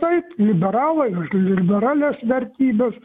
taip liberalai už liberalias vertybes